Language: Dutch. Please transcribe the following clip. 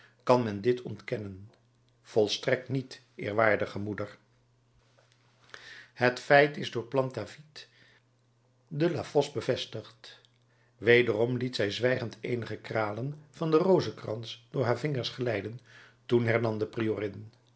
kan men dit ontkennen volstrekt niet eerwaardige moeder het feit is door plantavit de la fosse bevestigd wederom liet zij zwijgend eenige kralen van den rozenkrans door haar vingers glijden toen hernam de